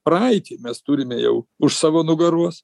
praeitį mes turime jau už savo nugaruos